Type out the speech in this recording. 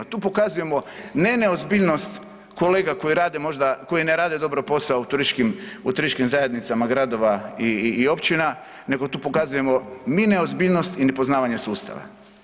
Tu pokazujemo ne neozbiljnost kolega koji rade možda, koji ne rade dobro posao u turističkim, u turističkim zajednicama gradova i općina, nego tu pokazujemo mi neozbiljnost i nepoznavanje sustava.